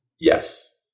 Yes